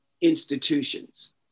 institutions